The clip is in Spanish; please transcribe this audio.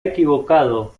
equivocado